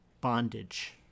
bondage